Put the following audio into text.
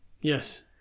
Yes